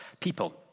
people